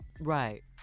Right